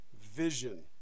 vision